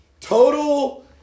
total